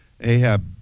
Ahab